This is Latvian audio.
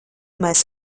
mēs